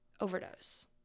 overdose